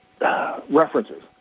References